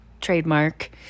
trademark